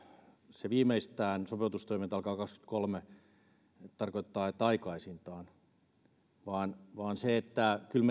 se että sopeutustoimet alkavat viimeistään vuonna kaksikymmentäkolme tarkoittaa että aikaisintaan silloin vaan kyllä